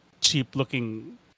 cheap-looking